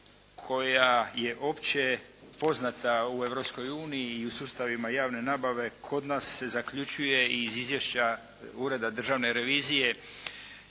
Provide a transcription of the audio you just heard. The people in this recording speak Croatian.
koja je opće poznata u Europskoj uniji i u sustavima javne nabave, kod nas se zaključuje i iz Izvješća Ureda državne revizije